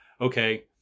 okay